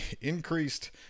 increased